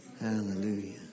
Hallelujah